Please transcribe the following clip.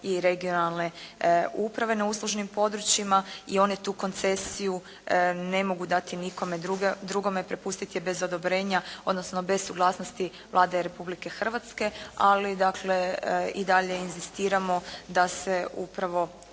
i regionalne uprave na uslužnim područjima i one tu koncesiju ne mogu dati nikome drugome, prepustiti je bez odobrenja odnosno bez suglasnosti Vlade Republike Hrvatske ali dakle i dalje inzistiramo da se upravo